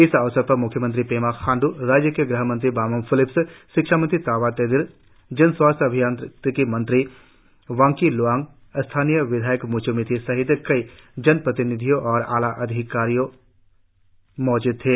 इस अवसर पर म्ख्यमंत्री पेमा खांड्र राज्य के ग़हमंत्री बामंग फेलिक्स शिक्षा मंत्री ताबा तेदिर जनस्वास्थ्य अभियांत्रिकी मंत्री वांकी लोवांग स्थानीय विधायक मुचु मिथी सहित कई जनप्रतिनिधि और आलाधिकारी मौजूद थे